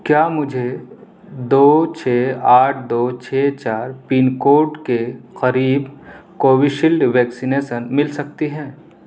کیا مجھے دو چھ آٹھ دو چھ چار پن کوڈ کے قریب کووِیشیلڈ ویکسینیسن مل سکتی ہے